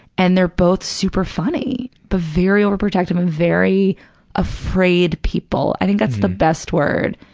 and they're both super funny, but very overprotective and very afraid people. i think that's the best word,